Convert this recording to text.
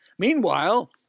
Meanwhile